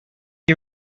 you